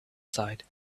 side